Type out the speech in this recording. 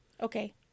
Okay